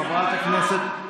חברת הכנסת, ראית,